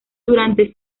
durante